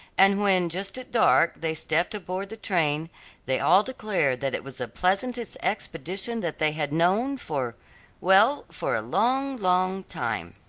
and when just at dark they stepped aboard the train they all declared that it was the pleasantest expedition that they had known for well for a long, long time.